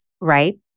right